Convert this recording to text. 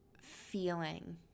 feeling